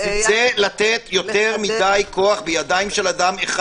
זה לתת יותר מדי כוח בידיים של אדם אחד.